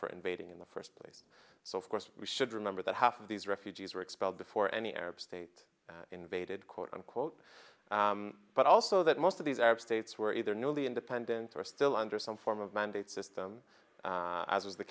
for invading in the first place so of course we should remember that half of these refugees were expelled before any arab state invaded quote unquote but also that most of these arab states were either newly independent or still under some form of mandate system as was the